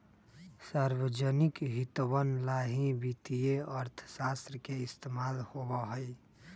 सार्वजनिक हितवन ला ही वित्तीय अर्थशास्त्र के इस्तेमाल होबा हई